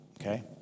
Okay